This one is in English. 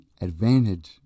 advantage